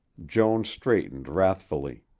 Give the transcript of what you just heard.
joan straightened wrathfully.